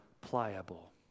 pliable